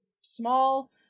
small